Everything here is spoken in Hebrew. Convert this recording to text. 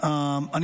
נכבדה,